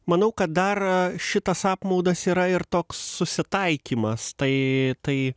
manau kad dar šitas apmaudas yra ir toks susitaikymas tai tai